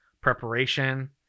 preparation